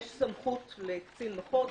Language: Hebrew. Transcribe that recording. יש סמכות לקצין מחוז,